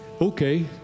okay